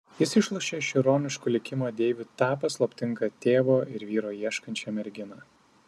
jis išlošė iš ironiškų likimo deivių tą paslaptingą tėvo ir vyro ieškančią merginą